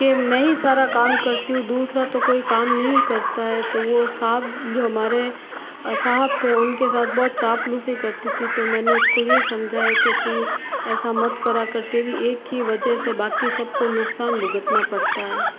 के मैं ही सारा काम करती हूँ दूसरा तो कोई काम नहीं करता है तो वह साहब जो हमारे साहब थे उनके साथ बहुत चापलूसी करती थी तो मैंने उसको यही समझाया कि तू ऐसा मत करा कर तेरी एक की वजह से बाकी सब को नुकसान भुगतना पड़ता है